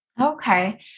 Okay